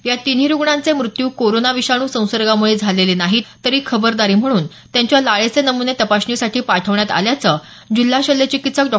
या तिन्ही रुग्णांचे मृत्यू कोरोना विषाणू संसर्गामुळे झालेले नाहीत तरीही खबरदारी म्हणून त्यांच्या लाळेचे नमूने तपासणीसाठी पाठवण्यात आल्याचं जिल्हा शल्य चिकित्सक डॉ